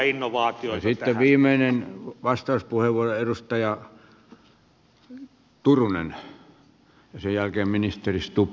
sitten viimeinen puheenvuoro edustaja turunen ja sen jälkeen ministeri stubb